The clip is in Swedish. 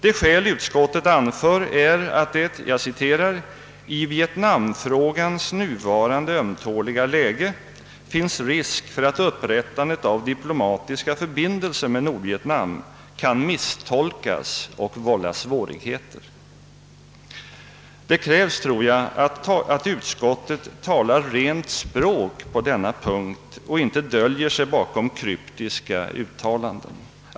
Det skäl utskottet anför är att det »i vietnamfrågans nuvarande ömtåliga lä ge finns risk för att upprättandet av diplomatiska förbindelser med Nordvietnam kan misstolkas och vålla svårigheter». Det krävs att utskottet talar rent språk på denna punkt och inte döljer sig bakom kryptiska uttalanden.